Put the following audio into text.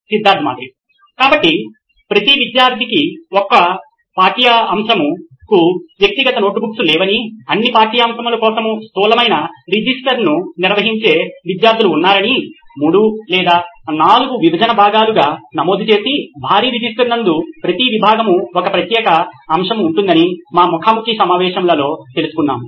Siddharth Mathuri CEO నోయిన్ electronics కాబట్టి ప్రతి విద్యార్థికి ఒక్కొక్క పాఠ్యాంశముకు వ్యక్తిగత నోట్బుక్లు లేవని అన్ని పాఠ్యాంశముల కోసం స్థూలమైన రిజిస్టర్ను నిర్వహించే విద్యార్థులు ఉన్నారని 3 లేదా 4 విభజన విభాగాలుగా నమోదు చేసే భారీరిజిస్టర్ నందు ప్రతి విభాగం ఒక ప్రత్యేక అంశం ఉంటుందని మా ముఖా ముఖి సమావేశంలలో తెలుసుకున్నాము